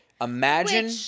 Imagine